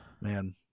Man